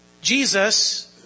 Jesus